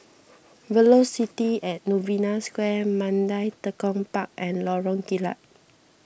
Velocity at Novena Square Mandai Tekong Park and Lorong Kilat